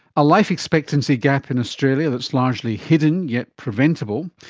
a life expectancy gap in australia that's largely hidden yet preventable.